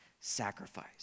sacrifice